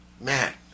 Matt